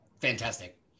fantastic